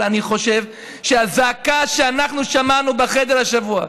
אבל אני חושב שהזעקה שאנחנו שמענו בחדר השבוע,